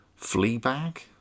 Fleabag